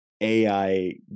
AI